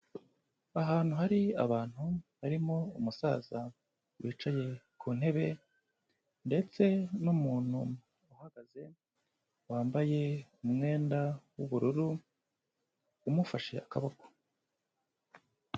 Ahantu hari abantu barimo umusaza wicaye ku ntebe ndetse n'umuntu uhagaze wambaye umwenda w'ubururu umufashe akaboko.